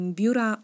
biura